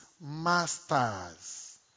masters